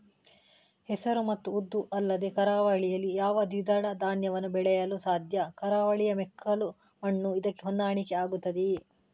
ಹೆಸರು ಮತ್ತು ಉದ್ದು ಅಲ್ಲದೆ ಕರಾವಳಿಯಲ್ಲಿ ಯಾವ ದ್ವಿದಳ ಧಾನ್ಯವನ್ನು ಬೆಳೆಯಲು ಸಾಧ್ಯ? ಕರಾವಳಿಯ ಮೆಕ್ಕಲು ಮಣ್ಣು ಇದಕ್ಕೆ ಹೊಂದಾಣಿಕೆ ಆಗುತ್ತದೆಯೇ?